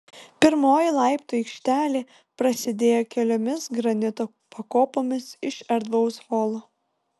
pirmoji laiptų aikštelė prasidėjo keliomis granito pakopomis iš erdvaus holo